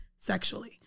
sexually